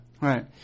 Right